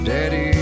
Daddy